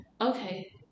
okay